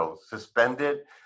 suspended